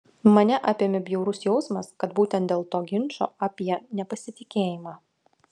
mane apėmė bjaurus jausmas kad būtent dėl to ginčo apie nepasitikėjimą